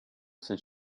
since